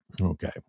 Okay